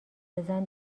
بزن